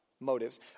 motives